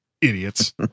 idiots